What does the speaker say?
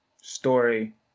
story